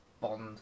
Bond